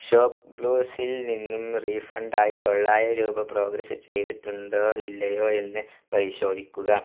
ഷോപ്പ്ക്ലൂസിൽ നിന്നും റീഫണ്ട് ആയി തൊള്ളായിരം രൂപ പ്രോഗ്രസ്സ് ചെയ്തിട്ടുണ്ടോ ഇല്ലയോ എന്ന് പരിശോധിക്കുക